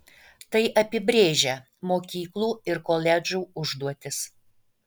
tai apibrėžia mokyklų ir koledžų užduotis